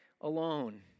alone